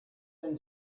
been